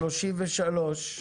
33,